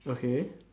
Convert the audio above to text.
okay